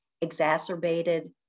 exacerbated